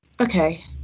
Okay